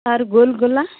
ᱟᱨ ᱜᱳᱞ ᱜᱚᱞᱟ